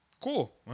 cool